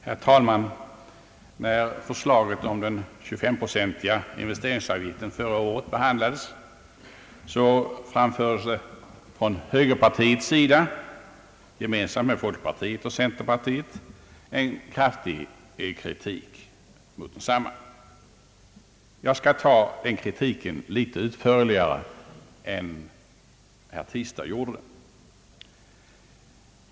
Herr talman! När förslaget om den 25-procentiga investeringsavgiften för ra året behandlades framfördes från högerpartiets sida gemensamt med folkpartiet och centerpartiet en kraftig kritik mot förslaget. Jag skall litet utförligare än herr Tistad ta upp denna kritik.